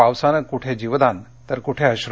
पावसानं कुठे जीवदान तर कुठे अश्र